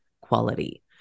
quality